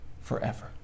forever